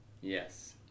Yes